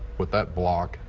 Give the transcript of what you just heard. with that bloc,